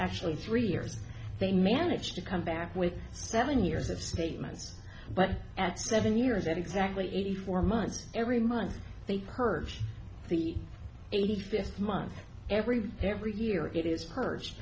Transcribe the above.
actually three years they managed to come back with seven years of statements but at seven years at exactly eighty four months every month they purge the eighty fifth month every every year it is p